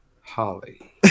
Holly